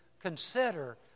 consider